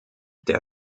der